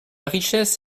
richesse